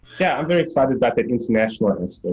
yeah. i'm very excited about the international artist,